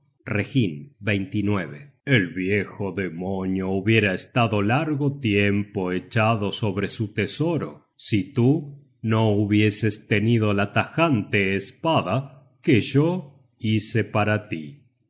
matorral reginn el viejo demonio hubiera estado largo tiempo echado sobre su tesoro si tú no hubieses tenido la tajante espada que yo hice para tí